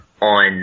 on